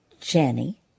Jenny